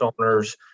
owners